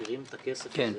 מעבירים את הכסף הזה.